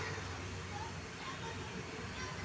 मिरची वरचा चुरडा कायनं कमी होईन?